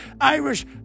Irish